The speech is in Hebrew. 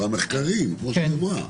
במחקרים, כמו שהיא אמרה.